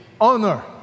honor